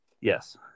Yes